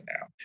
now